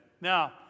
Now